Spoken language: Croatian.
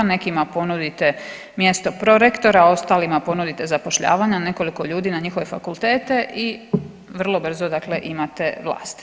Nekima ponude mjesto prorektora, ostalima ponudite zapošljavanje, nekoliko ljudi na njihove fakultete i vrlo brzo, dakle imate vlast.